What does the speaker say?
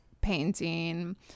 painting